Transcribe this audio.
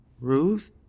Ruth